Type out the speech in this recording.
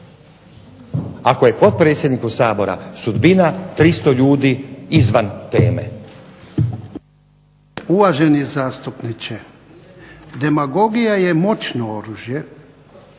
ako je potpredsjedniku Sabora sudbina 300 ljudi izvan teme. **Jarnjak, Ivan (HDZ)** Uvaženi zastupniče, demagogija je moćno oružje,